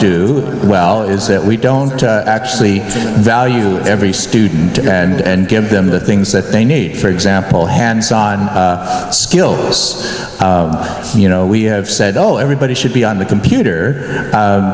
do well is that we don't actually value every student and give them the things that they need for example hands on skills you know we have said oh everybody should be on the computer